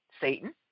Satan